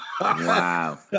Wow